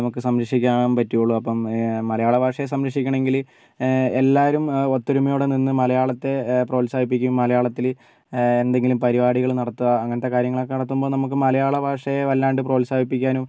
നമുക്ക് സംരക്ഷിക്കാൻ പറ്റുള്ളൂ അപ്പം മലയാള ഭാഷയെ സംരക്ഷിക്കണമെങ്കിൽ എല്ലാവരും ഒത്തൊരുമയോടെ നിന്ന് മലയാളത്തെ പ്രോത്സാഹിപ്പിക്കും മലയാളത്തിൽ എന്തെങ്കിലും പരിപാടികൾ നടത്തുക അങ്ങനത്തെ കാര്യങ്ങളൊക്കെ നടത്തുമ്പോൾ നമുക്ക് മലയാള ഭാഷയെ വല്ലാണ്ട് പ്രോത്സാഹിപ്പിക്കാനും